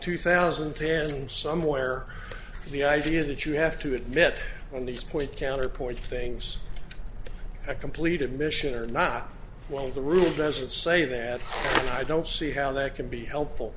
two thousand and ten somewhere the idea that you have to admit on these point counterpoint things a complete admission or not when the rule doesn't say that i don't see how that can be helpful